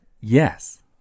Yes